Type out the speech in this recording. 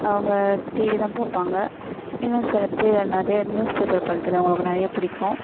அவங்க டிவி தான் பார்ப்பாங்க இன்னும் சில பேர் நிறைய நியூஸ் பேப்பர் படிக்கிறது அவங்களுக்கு நிறைய பிடிக்கும்